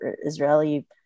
Israeli